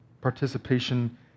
participation